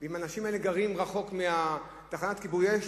אם האנשים האלה גרים רחוק מתחנת כיבוי האש,